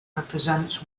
represents